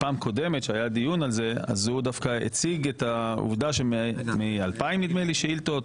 בדיון שהתקיים בנושא בפעם הקודמת הציג את העובדה שמ-2,000 שאילתות,